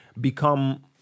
become